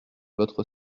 votre